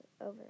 over